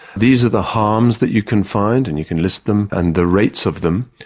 these are the harms that you can find, and you can list them and the rates of them.